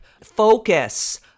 focus